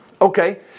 Okay